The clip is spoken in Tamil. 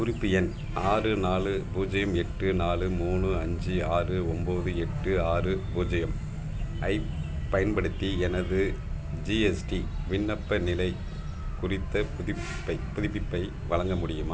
குறிப்பு எண் ஆறு நாலு பூஜ்ஜியம் எட்டு நாலு மூணு அஞ்சு ஆறு ஒம்பது எட்டு ஆறு பூஜ்ஜியம் ஐப் பயன்படுத்தி எனது ஜிஎஸ்டி விண்ணப்ப நிலை குறித்த புதுப்பிப்பை புதுப்பிப்பை வழங்க முடியுமா